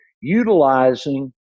utilizing